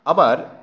আবার